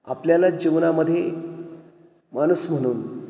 आपल्याला जीवनामध्ये माणूस म्हणून